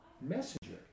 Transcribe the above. messenger